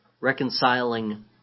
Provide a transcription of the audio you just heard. reconciling